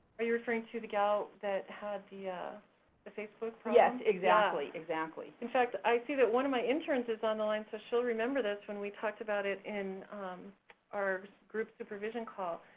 are you referring to the gal that had the ah the facebook problem? yes, exactly. exactly. in fact, i see that one of my interns is on the line, so she'll remember this when we talked about it in our group supervision call.